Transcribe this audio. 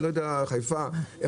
חיפה,